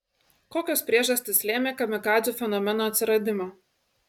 kokios priežastys lėmė kamikadzių fenomeno atsiradimą